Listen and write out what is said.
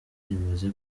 rimaze